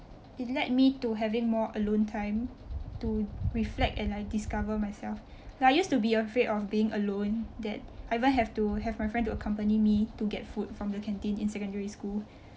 it led me to having more alone time to reflect and like discover myself like I used to be afraid of being alone that I even have to have my friend to accompany me to get food from the canteen in secondary school